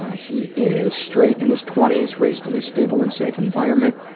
ah he is straight, in his twenty s, raised in a stable and safe environment.